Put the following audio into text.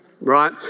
right